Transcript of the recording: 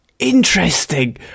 Interesting